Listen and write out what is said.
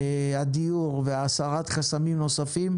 הדיור והסרת חסמים נוספים,